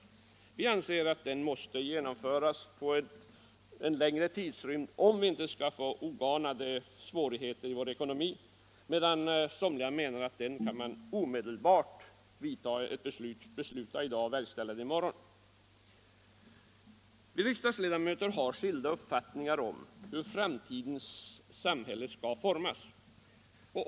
Vi socialdemokrater anser att den måste genomföras under en längre tidrymd, om det inte skall uppstå oanade svårigheter i landets ekonomi, medan somliga menar att ett beslut kan fattas i dag och verkställas i morgon. Vi riksdagsledamöter har skilda uppfattningar om hur framtidens samhälle skall formas.